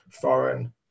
foreign